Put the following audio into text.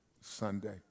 Sunday